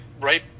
right